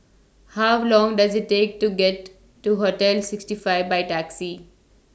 How Long Does IT Take to get to Hostel sixty five By Taxi